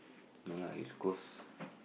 no lah East-Coast